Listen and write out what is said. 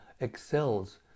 excels